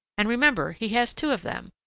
and remember he has two of them.